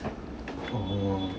oh